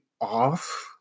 off